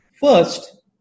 First